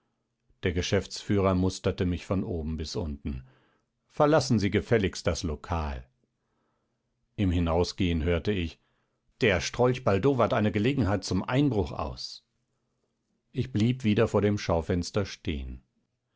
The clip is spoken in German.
der geschäftsführer musterte mich von oben bis unten verlassen sie gefälligst das lokal im hinausgehen hörte ich der strolch baldowert eine gelegenheit zum einbruch aus ich blieb wieder vor dem schaufenster stehen